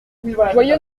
joyeux